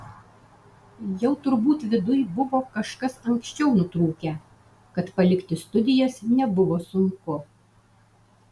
jau turbūt viduj buvo kažkas anksčiau nutrūkę tad palikti studijas nebuvo sunku